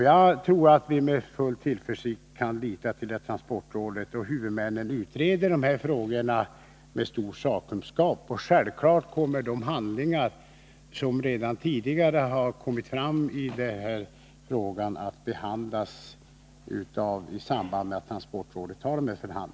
Jag tror att vi med full tillförsikt kan lita på att transportrådet och huvudmännen utreder dessa frågor med stor sakkunskap. Självfallet kommer de handlingar som redan tidigare har utarbetats att beaktas i samband med att transportrådet bereder frågan.